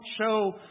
show